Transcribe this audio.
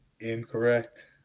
Incorrect